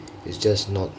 is just not